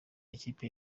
ikipe